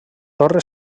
torre